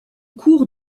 cours